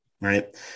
right